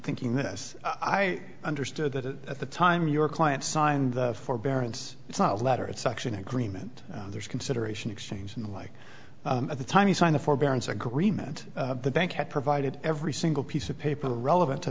thinking this i understood that at the time your client signed the forbearance it's not letter it's section agreement there's consideration exchange unlike at the time he signed the forbearance agreement the bank had provided every single piece of paper relevant to